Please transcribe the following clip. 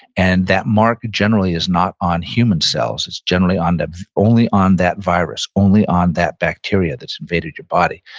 and that mark generally is not on human cells. it's generally ah and only on that virus, only on that bacteria that's invaded your body,